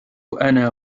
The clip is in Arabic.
أنا